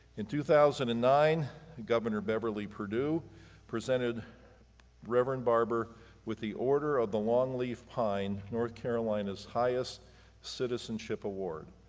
in two thousand and nine, the governor beverly perdue presented reverend barber with the order of the long leaf pine, north carolina's highest citizenship award,